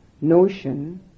notion